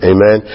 Amen